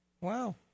Wow